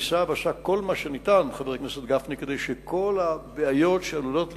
שביקש וניסה ועשה כל מה שניתן כדי שכל הבעיות שעלולות להתרחש,